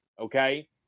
okay